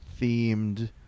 themed